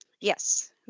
yes